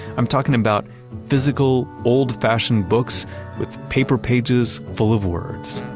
i'm talking about physical, old-fashioned books with paper pages full of words.